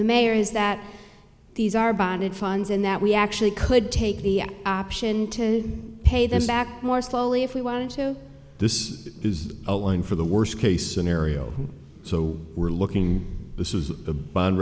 the mayor is that these are bonded funds and that we actually could take the option to pay them back more slowly if we wanted to this is a one for the worst case scenario so we're looking this